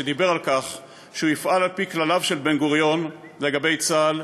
שאמר שהוא יפעל על-פי כלליו של בן-גוריון לגבי צה"ל,